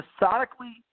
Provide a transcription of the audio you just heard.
methodically